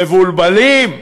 מבולבלים?